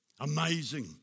Amazing